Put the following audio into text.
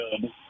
good